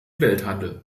welthandel